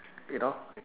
you know